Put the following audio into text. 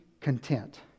content